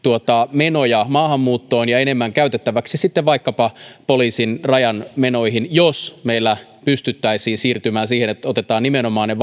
menoja maahanmuuttoon ja enemmän käytettäväksi sitten vaikkapa poliisin rajan menoihin jos meillä pystyttäisiin siirtymään siihen että otetaan nimenomaan ne